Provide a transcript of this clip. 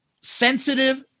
Sensitive